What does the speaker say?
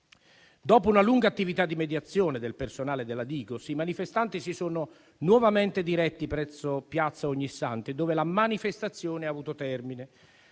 Dopo una lunga attività di mediazione del personale della Digos, i manifestanti si sono nuovamente diretti presso piazza Ognissanti, dove la manifestazione ha avuto termine.